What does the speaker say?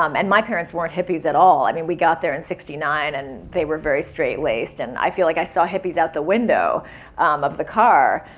um and my parents weren't hippies at all. i mean, we got there in sixty nine and they were very straight-laced. and i feel like i saw hippies out the window of the car.